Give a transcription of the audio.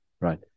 right